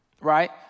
right